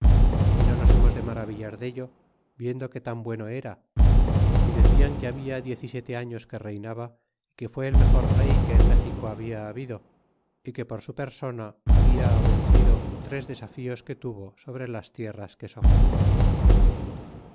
y no nos hemos de maravillar dello viendo que tan bueno era y decian que habla diez y siete años que sojuzgó reynaba y que fué el mejor rey que en méxico habia habido y que por su persona habla vencido tres desatios que tuvo sobre las tierras que